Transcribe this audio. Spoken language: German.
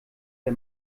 der